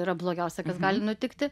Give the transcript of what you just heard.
yra blogiausia kas gali nutikti